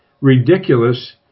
ridiculous